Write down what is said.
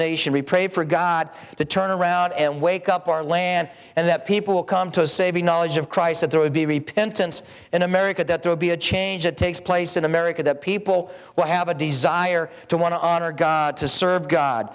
nation we pray for god to turn around and wake up our land and that people will come to a saving knowledge of christ that there would be reaped intense in america that there would be a change that takes place in america that people will have a desire to want to honor god to serve god